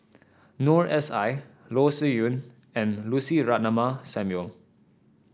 Noor S I Loh Sin Yun and Lucy Ratnammah Samuel